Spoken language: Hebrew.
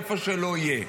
איפה שלא יהיה.